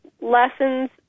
lessons